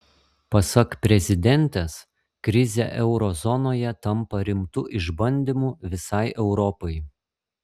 pasak prezidentės krizė euro zonoje tampa rimtu išbandymu visai europai